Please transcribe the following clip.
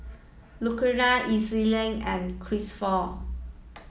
Lucero Elissa and Cristofer